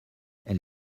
elle